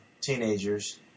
teenagers